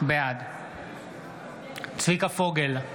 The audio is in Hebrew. בעד צביקה פוגל,